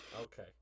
Okay